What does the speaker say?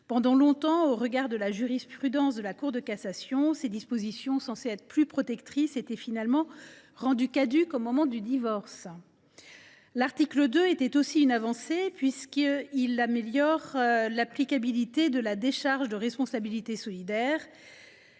Pendant longtemps, au regard de la jurisprudence de la Cour de cassation, ces dispositions, censées être plus protectrices, étaient finalement rendues caduques au moment du divorce. L’article 2 était aussi une avancée, puisqu’il améliore l’applicabilité de la décharge de responsabilité solidaire.